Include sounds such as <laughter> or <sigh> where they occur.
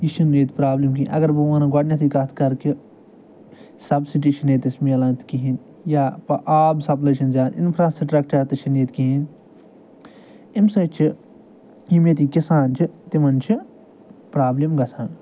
یہِ چھِنہٕ ییٚتہِ پرٛابلِم کِہیٖنۍ اَگر بہٕ وَنہٕ گۄڈٕنٮ۪تھٕے کَتھ کَرٕ کہِ سَبسٕٹی چھِنہٕ ییٚتہِ اَسہِ مِلان تہٕ کِہیٖنۍ یا <unintelligible> آب سَپلٕے چھِنہٕ زیادٕ اِنفرٛاسٕٹرَکچَر تہِ چھِنہٕ ییٚتہِ کِہیٖنۍ اَمہِ سۭتۍ چھِ یِم ییٚتِکۍ کِسان چھِ تِمَن چھِ پرٛابلِم گژھان